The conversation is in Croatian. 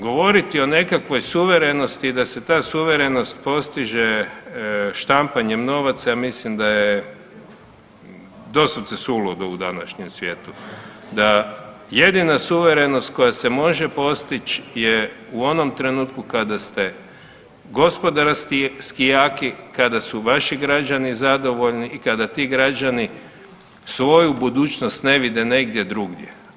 Govoriti o nekakvoj suverenosti, da se ta suverenost postiže štampanjem novaca ja mislim da je doslovce suludo u današnjem svijetu, da jedina suverenost koja se može postići je u onom trenutku kada ste gospodarski jaki, kada su vaši građani zadovoljni i kada ti građani svoju budućnost ne vide negdje drugdje.